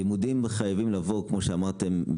לימודים חייבים לבוא כמו שאמרתם,